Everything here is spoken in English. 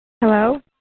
hello